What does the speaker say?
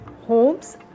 homes